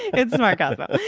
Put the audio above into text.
it's smart cosmo.